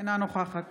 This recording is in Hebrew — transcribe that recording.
אינה נוכחת